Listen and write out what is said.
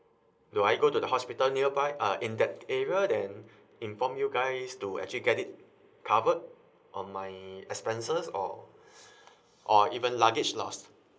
do I go to the hospital nearby uh in that area then inform you guys to actually get it covered on my expenses or or even luggage lost